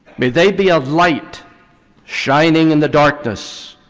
may they be a light shining in the darkness.